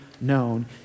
known